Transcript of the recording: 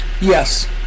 yes